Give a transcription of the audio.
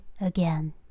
again